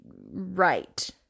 right